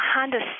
Honda